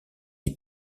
est